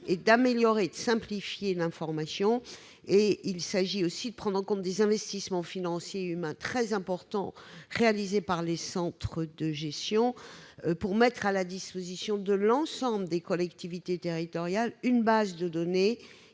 d'améliorer et de simplifier l'information et de prendre en compte les investissements financiers et humains très importants qui sont réalisés par les centres de gestion pour mettre à la disposition de l'ensemble des collectivités territoriales une base de données